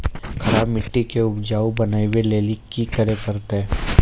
खराब मिट्टी के उपजाऊ बनावे लेली की करे परतै?